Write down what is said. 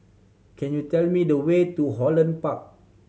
can you tell me the way to Holland Park